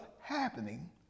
happening